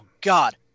God